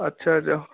ଆଚ୍ଛା ଆଚ୍ଛା